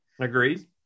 Agreed